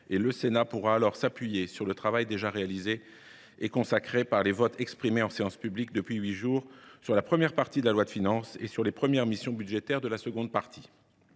Le Sénat pourra alors s’appuyer sur le travail déjà réalisé et consacré par les votes exprimés en séance publique depuis huit jours sur la première partie de la loi de finances et sur les premières missions budgétaires de la seconde partie.